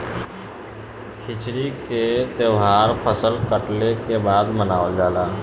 खिचड़ी के तौहार फसल कटले के बाद मनावल जाला